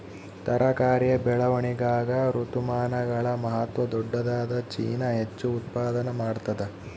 ತರಕಾರಿಯ ಬೆಳವಣಿಗಾಗ ಋತುಮಾನಗಳ ಮಹತ್ವ ದೊಡ್ಡದಾದ ಚೀನಾ ಹೆಚ್ಚು ಉತ್ಪಾದನಾ ಮಾಡ್ತದ